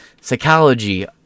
Psychology